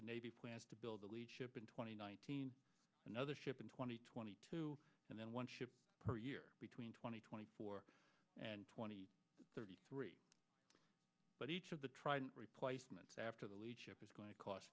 the navy plans to build the ship in twenty nineteen another ship in two thousand and twenty two and then one ship per year between twenty twenty four and twenty thirty three but each of the trident replacements after the leadership is going to cost